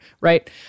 right